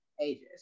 ages